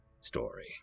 story